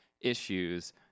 issues